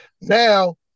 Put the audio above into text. now